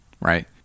right